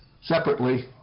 separately